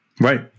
Right